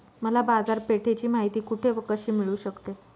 मला बाजारपेठेची माहिती कुठे व कशी मिळू शकते?